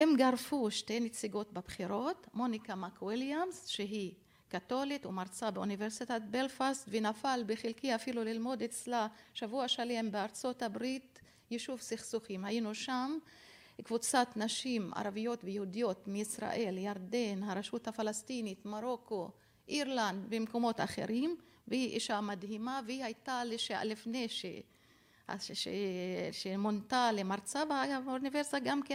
הם גרפו שתי נציגות בבחירות, מוניקה מקוויליאמס שהיא קתולית ומרצה באוניברסיטת בלפאסט ונפל בחלקי אפילו ללמוד אצלה שבוע שלם בארצות הברית, יישוב סכסוכים. היינו שם, קבוצת נשים ערביות ויהודיות מישראל, ירדן, הרשות הפלסטינית, מרוקו, אירלנד ומקומות אחרים. והיא אישה מדהימה והיא הייתה לפני שמונתה למרצה באוניברסיטה גם כ...